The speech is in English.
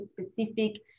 specific